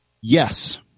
Yes